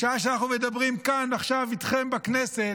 בשעה שאנחנו מדברים כאן ועכשיו איתכם בכנסת,